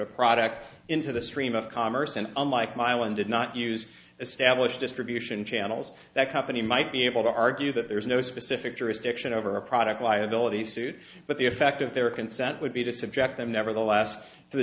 a product into the stream of commerce and unlike mylan did not use established distribution channels that company might be able to argue that there is no specific jurisdiction over a product liability suit but the effect of their consent would be to subject them never the last t